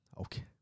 okay